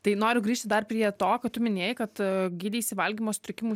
tai noriu grįžti dar prie to kad tu minėjai kad gydeisi valgymo sutrikimų